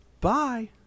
Bye